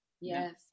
yes